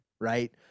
right